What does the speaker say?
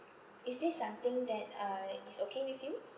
is this something that uh is okay with you